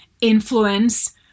influence